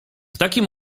takim